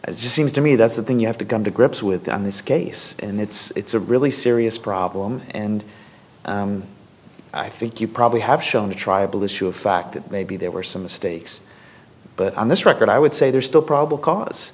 it's just seems to me that's the thing you have to come to grips with on this case and it's a really serious problem and i think you probably have shown the tribal issue of fact that maybe there were some mistakes but on this record i would say there's still probable cause